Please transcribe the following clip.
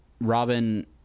Robin